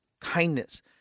kindness